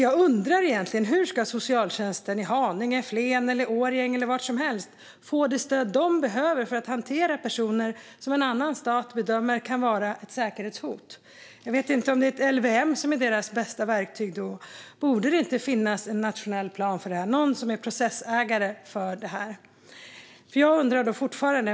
Jag undrar hur socialtjänsten i Haninge, Flen eller Årjäng ska få det stöd de behöver för att hantera personer som en annan stat bedömer kan vara ett säkerhetshot. Är det LVM som är deras bästa verktyg? Borde det inte finnas en nationell plan och någon som är processägare för det här?